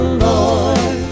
Lord